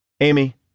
Amy